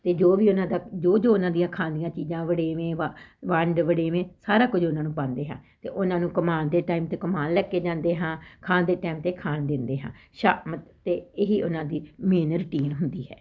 ਅਤੇ ਜੋ ਵੀ ਉਹਨਾਂ ਦਾ ਜੋ ਜੋ ਉਹਨਾਂ ਦੀਆਂ ਖਾਣ ਦੀਆਂ ਚੀਜ਼ਾਂ ਵੜੇਵੇਂ ਵ ਵੰਡ ਵੜੇਵੇਂ ਸਾਰਾ ਕੁਝ ਉਹਨਾਂ ਨੂੰ ਪਾਂਦੇ ਹਾਂ ਅਤੇ ਉਹਨਾਂ ਨੂੰ ਘੁਮਾਉਣ ਦੇ ਟਾਈਮ 'ਤੇ ਘੁਮਾਉਣ ਲੈ ਕੇ ਜਾਂਦੇ ਹਾਂ ਖਾਣ ਦੇ ਟਾਈਮ 'ਤੇ ਖਾਣ ਦਿੰਦੇ ਹਾਂ ਸ਼ਾ ਅਤੇ ਇਹੀ ਉਹਨਾਂ ਦੀ ਮੇਨ ਰੂਟੀਨ ਹੁੰਦੀ ਹੈ